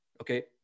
Okay